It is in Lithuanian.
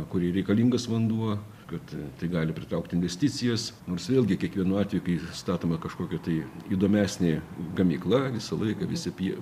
kuriai reikalingas vanduo kad tai gali pritraukti investicijas nors vėlgi kiekvienu atveju kai statoma kažkokio tai įdomesnė gamykla visą laiką vis apie